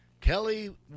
Kelly